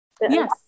yes